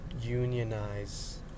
unionize